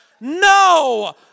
No